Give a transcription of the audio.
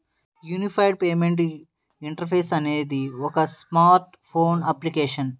unified payment interface అనేది ఒక smart phone application